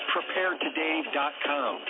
PrepareToday.com